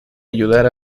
ayudar